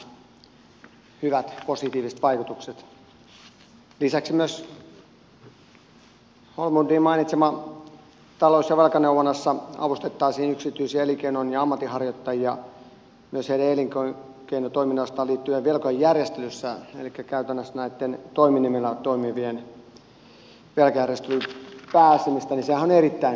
lisäksi kun myös holmlundin mainitsemassa talous ja velkaneuvonnassa avustettaisiin yksityisiä elinkeinon ja ammatinharjoittajia myös heidän elinkeinotoimintaansa liittyen velkajärjestelyssä elikkä helpotetaan käytännössä näitten toiminimillä toimivien velkajärjestelyyn pääsemistä niin sehän on erittäin kannatettava ja hyvä asia